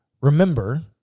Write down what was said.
Remember